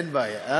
אין בעיה.